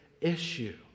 issue